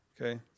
okay